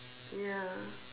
ya